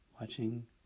watching